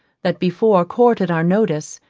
that before courted our notice,